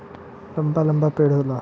लंबा लंबा पेड़ होला